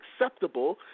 acceptable